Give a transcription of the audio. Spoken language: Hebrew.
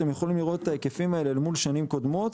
אתם יכולים לראות את ההיקפים האלה אל מול שנים קודמות,